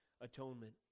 atonement